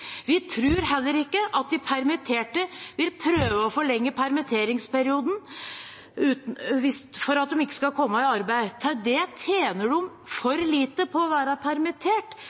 Vi tror heller ikke at de permitterte vil prøve å forlenge permitteringsperioden, for at de ikke skal komme i arbeid. Til det tjener de for lite på å være permittert.